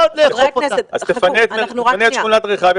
אז תפנה את שכונת רחביה.